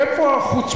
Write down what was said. למה?